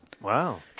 Wow